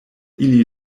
ili